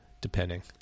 depending